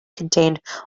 contained